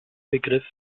begriff